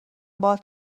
باهات